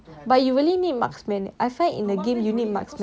but you really need marksman I find in the game you need marksman